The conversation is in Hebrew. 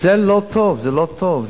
זה לא טוב, זה לא טוב.